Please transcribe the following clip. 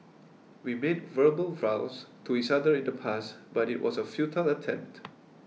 we made verbal vows to each other in the past but it was a futile attempt